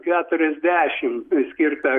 keturiasdešimt priskirta